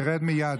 תרד מייד.